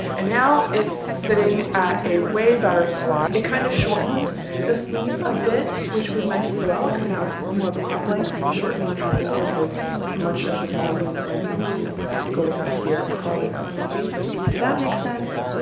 and now it's sitting at a way better spot it kind of shortened the sleeve a bit which was nice as well because i was more of a cropped length the shortening happens because much of the volume went into going up here crawling up the sleeve did that make sense?